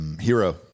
Hero